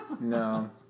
No